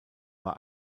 war